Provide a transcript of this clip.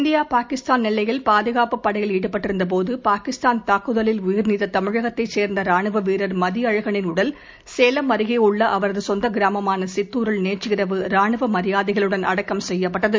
India Pakistan எல்லையில் பாதுகாப்பு படையில் ஈடுபட்டிருந்தபோதுபாகிஸ்தான் தாக்குதலில் அடைந்ததமிழகத்தைசேர்ந்தராணுவவீரர் மதியழகனின் வீரமரணம் உடல் சேலம் அருகேஉள்ளஅவரதுசொந்தகிராமமானசித்தூரில் நேற்றிரவு ராணுவமரியாதைகளுடன் அடக்கம் செய்யப்பட்டது